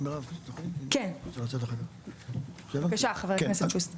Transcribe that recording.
בבקשה, חבר הכנסת שוסטר.